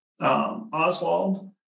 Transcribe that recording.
Oswald